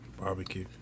Barbecue